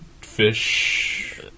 fish